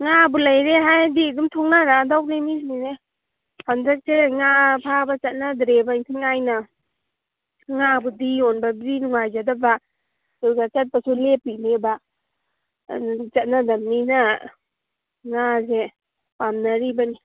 ꯉꯥꯕꯨ ꯂꯩꯔꯦ ꯍꯥꯏꯔꯗꯤ ꯑꯗꯨꯝ ꯊꯣꯛꯅꯔꯛꯑꯗꯧꯅꯦ ꯃꯤꯁꯤꯡꯁꯦ ꯍꯟꯗꯛꯁꯦ ꯉꯥ ꯐꯥꯕ ꯆꯠꯅꯗ꯭ꯔꯦꯕ ꯏꯟꯊꯤ ꯅꯤꯉꯥꯏꯅ ꯉꯥꯕꯨꯗꯤ ꯌꯣꯟꯕꯕꯨꯗꯤ ꯅꯨꯡꯉꯥꯏꯖꯗꯕ ꯑꯗꯨꯒ ꯆꯠꯄꯁꯨ ꯂꯦꯞꯄꯤꯅꯦꯕ ꯑꯗꯨ ꯆꯠꯅꯗꯝꯅꯤꯅ ꯉꯥꯁꯦ ꯄꯥꯝꯅꯔꯤꯕꯅꯤ